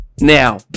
now